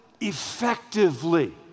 effectively